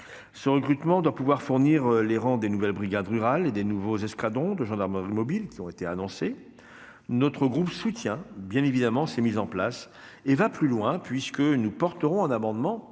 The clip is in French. Ce recrutement doit pouvoir garnir les rangs des nouvelles brigades rurales et des nouveaux escadrons de gendarmerie mobile qui ont été annoncés. Notre groupe soutient bien évidemment ces mises en place et va même plus loin : nous porterons ainsi un amendement